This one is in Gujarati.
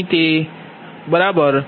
અહીં તે છે બરાબર